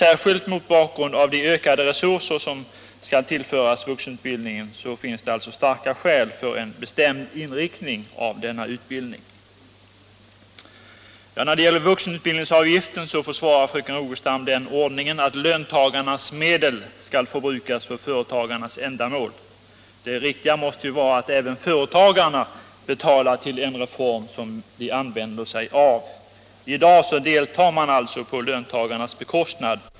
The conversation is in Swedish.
Särskilt mot bakgrund av de ökade resurser som skall tillföras vuxenutbildningen finns det starka skäl för en bestämd inriktning'av denna utbildning. När det gäller vuxenutbildningsavgiften försvarar fröken Rogestam den ordningen att löntagarnas medel skall förbrukas för företagarnas ändamål. Det riktiga måste ju vara att även företagarna betalar till en reform som de begagnar sig av. I dag deltar man alltså på löntagarnas bekostnad.